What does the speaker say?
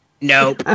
Nope